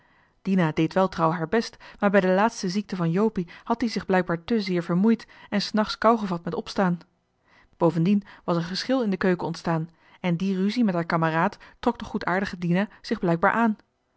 dina deed wel trouw haar best maar bij de laatste ziekte van jopie had die zich blijkbaar te veel vermoeid en s nachts kougevat met opstaan bovendien was er geschil in de keuken ontstaan en die ruzie met haar kameraad trok de goedaardige dina zich blijkbaar aan